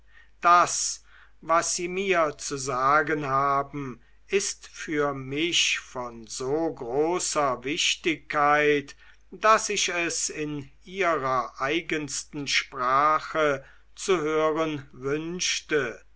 das was sie mir zu sagen haben ist für mich von so großer wichtigkeit daß ich es in ihrer eigensten sprache zu hören wünschte